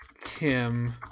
Kim